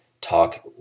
talk